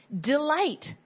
delight